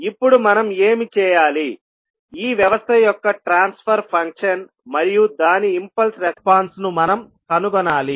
ఇప్పుడు మనం ఏమి చేయాలి ఈ వ్యవస్థ యొక్క ట్రాన్స్ఫర్ ఫంక్షన్ మరియు దాని ఇంపల్స్ రెస్పాన్స్ ను మనం కనుగొనాలి